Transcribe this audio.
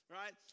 right